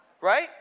Right